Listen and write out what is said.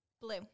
Blue